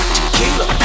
Tequila